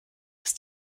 ist